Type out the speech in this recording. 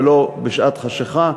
ולא בשעת חשכה.